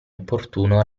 opportuno